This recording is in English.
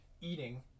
eating